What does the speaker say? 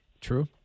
True